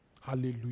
Hallelujah